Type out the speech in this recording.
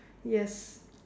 yes